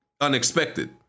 unexpected